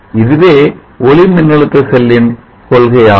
இதுவே ஒளிமின்னழுத்த செல்லின் கொள்கையாகும்